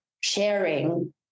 sharing